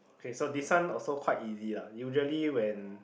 okay so this one also quite easy lah usually when